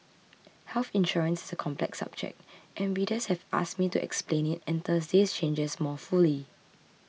health insurance is a complex subject and readers have asked me to explain it and Thursday's changes more fully